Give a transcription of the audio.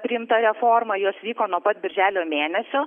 priimtą formą jos vyko nuo pat birželio mėnesio